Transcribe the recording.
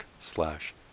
slash